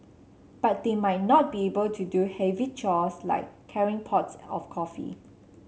but they might not be able to do heavy chores like carrying pots of coffee